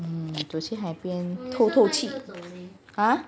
走去海边透透气 !huh!